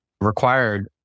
required